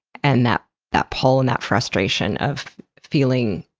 and that that pull and that frustration of feeling